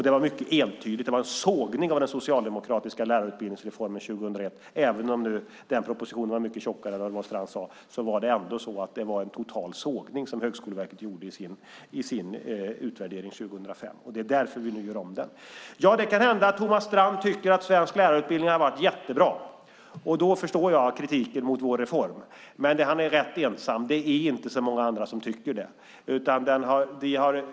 Den var mycket entydig och var en sågning av den socialdemokratiska lärarutbildningsreformen från 2001. Även om den propositionen var mycket tjockare än vad Strand sade var det ändå en total sågning som Högskoleverket gjorde i sin utvärdering 2005. Det är därför vi nu gör om detta. Det kan hända att Thomas Strand tycker att svensk lärarutbildning har varit jättebra, och då förstår jag kritiken mot vår reform. Men han är rätt ensam, för det är inte så många andra som tycker det.